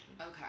okay